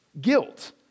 guilt